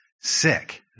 sick